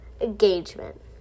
Engagement